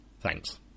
Thanks